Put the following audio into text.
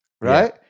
right